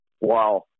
Wow